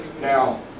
Now